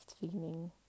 feeling